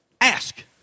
Ask